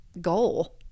goal